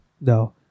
No